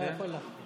אתה יכול להתחיל.